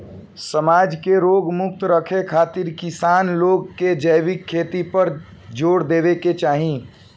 समाज के रोग मुक्त रखे खातिर किसान लोग के जैविक खेती पर जोर देवे के चाही